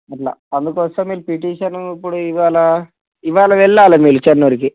అట్లా అందుకోసం మీరు పిటిషన్ ఇప్పుడు ఇవాళ ఇవాళ వెళ్ళాలి మీరు చెన్నూరుకి